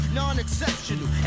non-exceptional